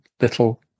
little